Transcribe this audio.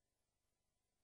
שנייה